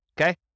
Okay